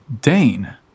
Dane